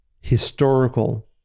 historical